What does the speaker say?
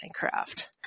Minecraft